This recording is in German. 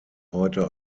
heute